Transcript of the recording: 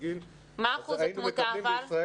היינו מקבלים בישראל